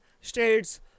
states